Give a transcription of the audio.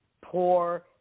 poor